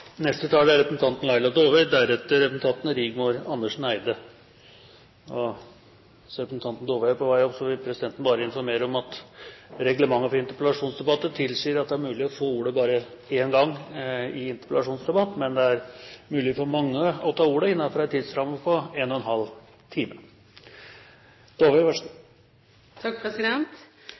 Presidenten vil informere om at reglementet for interpellasjonsdebatter tilsier at det er mulig å få ordet bare én gang, men at det er mulig for mange å ta ordet innenfor en tidsramme på en og en halv time.